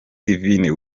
divine